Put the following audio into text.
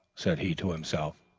said he to himself,